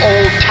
Old